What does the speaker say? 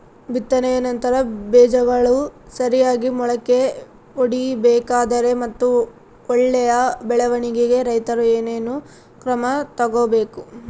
ಬಿತ್ತನೆಯ ನಂತರ ಬೇಜಗಳು ಸರಿಯಾಗಿ ಮೊಳಕೆ ಒಡಿಬೇಕಾದರೆ ಮತ್ತು ಒಳ್ಳೆಯ ಬೆಳವಣಿಗೆಗೆ ರೈತರು ಏನೇನು ಕ್ರಮ ತಗೋಬೇಕು?